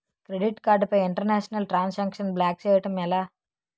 Credit card పై international transaction block చేయటం ఎలా?